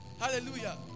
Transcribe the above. hallelujah